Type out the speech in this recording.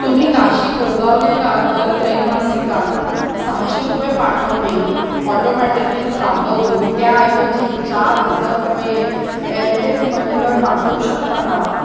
तुम्ही काशी गोगावलेला दर त्रैमासिकात सहाशे रुपये पाठवणे ऑटोमॅटिकली थांबवून त्याऐवजी चार हजार रुपये एअरटेल मनीवर पाठवू शकता का